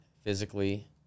physically